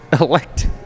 Elect